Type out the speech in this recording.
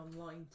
online